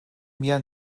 mir